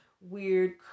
weird